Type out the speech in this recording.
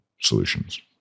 solutions